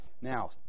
Now